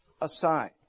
aside